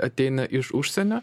ateina iš užsienio